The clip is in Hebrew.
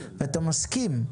אתה מסכים,